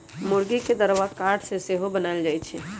मूर्गी के दरबा काठ से सेहो बनाएल जाए छै